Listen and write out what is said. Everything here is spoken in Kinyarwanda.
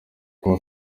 kuba